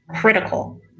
critical